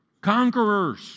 conquerors